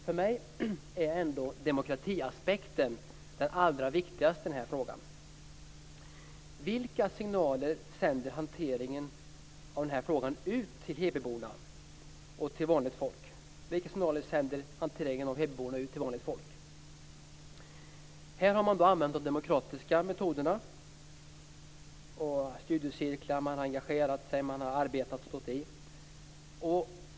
För mig är ändå demokratiaspekten det allra viktigaste i det här. Vilka signaler sänder hanteringen av den här frågan ut till hebyborna och till vanligt folk? Här har man använt de demokratiska metoderna. Det har varit studiecirklar. Man har engagerat sig, arbetat och stått i.